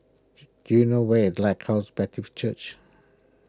do you know where Lighthouse Baptist Church